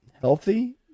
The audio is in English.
healthy